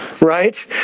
right